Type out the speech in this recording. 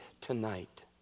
tonight